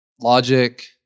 Logic